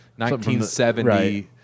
1970